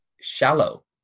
shallow